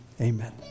Amen